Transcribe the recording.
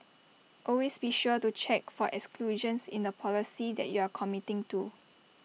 always be sure to check for exclusions in the policy that you are committing to